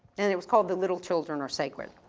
and it was called the little children are sacred,